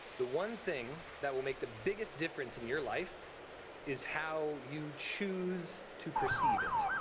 the one thing that will make the biggest difference in your life is how you choose to perceive it.